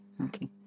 Okay